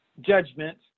judgment